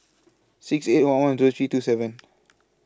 six eight one one Zero three two seven